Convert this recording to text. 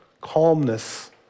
Calmness